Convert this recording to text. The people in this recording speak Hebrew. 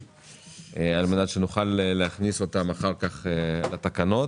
על מנת שנוכל להכניס אותם אחר כך לתקנות.